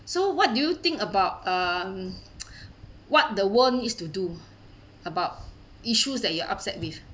so what do you think about um what the world needs to do about issues that you are upset with